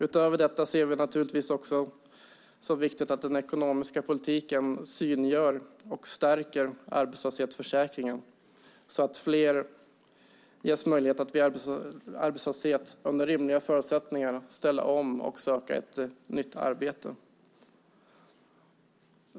Utöver detta ser vi det naturligtvis också som viktigt att den ekonomiska politiken synliggör och stärker arbetslöshetsförsäkringen, så att fler ges möjlighet att vid arbetslöshet med rimliga förutsättningar ställa om och söka ett nytt arbete.